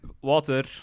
Water